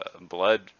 blood